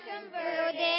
converted